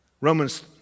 Romans